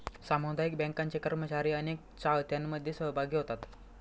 सामुदायिक बँकांचे कर्मचारी अनेक चाहत्यांमध्ये सहभागी होतात